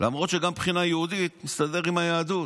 למרות שגם מבחינה יהודית זה מסתדר עם היהדות,